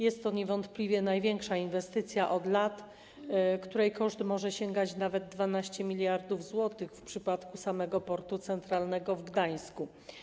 Jest to niewątpliwie największa inwestycja od lat, której koszt może sięgać nawet 12 mld zł w przypadku samego Portu Centralnego w Gdańsku.